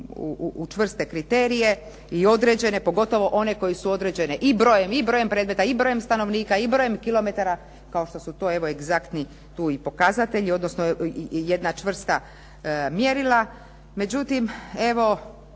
u čvrste kriterije i određene, pogotovo one koje su određene i brojem predmeta i brojem stanovnika i brojem kilometara, kao što su tu egzaktni tu i pokazatelji i jedna čvrsta mjerila. Međutim, evo